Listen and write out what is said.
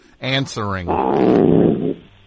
Answering